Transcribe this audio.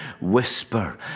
Whisper